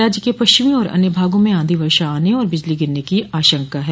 राज्य के पश्चिमी और अन्य भागों में आंधी वर्षा आने और बिजली गिरने की आशंका है